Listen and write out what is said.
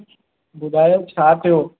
ॿुधायो छा थियो